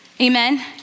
Amen